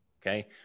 Okay